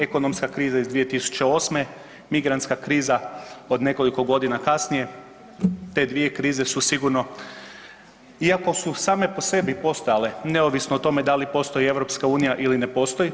Ekonomska kriza iz 2008., migrantska kriza od nekoliko godina kasnije, te dvije krize su sigurno iako su same po sebi i postojale neovisno o tome da li postoji EU ili ne postoji.